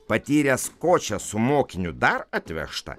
patyręs ko čia su mokiniu dar atvežta